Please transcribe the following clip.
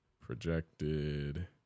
projected